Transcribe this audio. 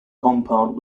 compound